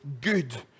good